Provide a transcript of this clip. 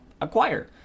acquire